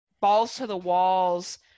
balls-to-the-walls